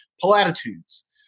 platitudes